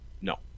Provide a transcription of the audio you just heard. No